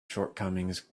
shortcomings